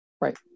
Right